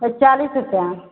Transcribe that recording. चालीस रुपया